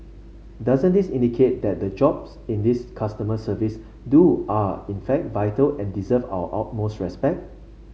doesn't this indicate that the jobs in these customer service do are in fact vital and deserve our utmost respect